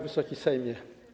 Wysoki Sejmie!